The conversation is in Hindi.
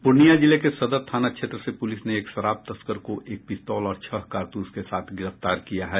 पूर्णिया जिले के सदर थाना क्षेत्र से पुलिस ने एक शराब तस्कर को एक पिस्तौल और छह कारतूस के साथ गिरफ्तार किया है